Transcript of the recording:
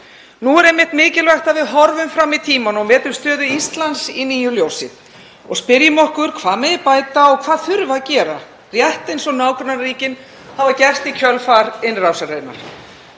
Nú er einmitt mikilvægt að við horfum fram í tímann og metum stöðu Íslands í nýju ljósi, spyrjum okkur hvað megi bæta og hvað þurfi að gera, rétt eins og nágrannaríkin hafa gert í kjölfar innrásarinnar.